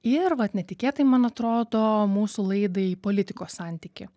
ir vat netikėtai man atrodo mūsų laidai politikos santykį